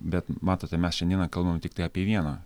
bet matote mes šiandieną kalbame tiktai apie vieną